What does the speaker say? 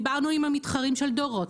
דיברנו עם המתחרים של דורות,